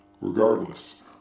Regardless